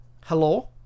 Hello